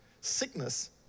sickness